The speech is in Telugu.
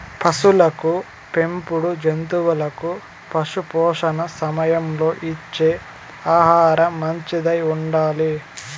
పసులకు పెంపుడు జంతువులకు పశుపోషణ సమయంలో ఇచ్చే ఆహారం మంచిదై ఉండాలి